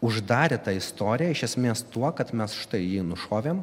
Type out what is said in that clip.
uždarė tą istoriją iš esmės tuo kad mes štai jį nušovėm